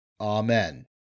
Amen